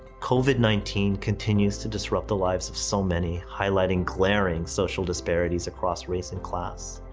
covid nineteen continues to disrupt the lives of so many, highlighting glaring social disparities across race and class.